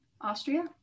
Austria